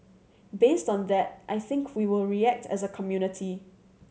based on that I think we will react as a community